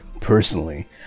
personally